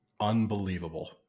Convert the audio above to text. unbelievable